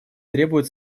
требует